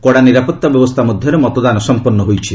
କଡ଼ା ନିରାପତ୍ତା ବ୍ୟବସ୍ଥା ମଧ୍ୟରେ ମତଦାନ ସଂପନ୍ନ ହୋଇଛି